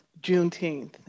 Juneteenth